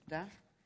תודה.